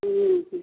ம் ம்